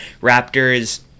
Raptors